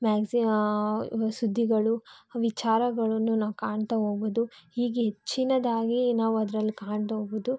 magazine ಸುದ್ದಿಗಳು ವಿಚಾರಗಳನ್ನು ನಾವು ಕಾಣ್ತಾ ಹೋಗ್ಬೊದು ಹೀಗೆ ಹೆಚ್ಚಿನದಾಗಿ ನಾವದ್ರಲ್ಲಿ ಕಾಣ್ಬಹುದು